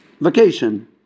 vacation